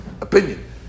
opinion